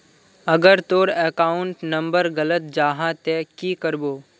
अगर तोर account number गलत जाहा ते की करबो?